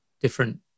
different